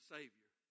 Savior